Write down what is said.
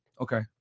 Okay